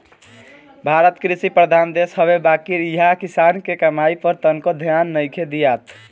भारत कृषि प्रधान देश हवे बाकिर इहा किसान के कमाई पर तनको ध्यान नइखे दियात